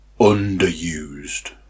underused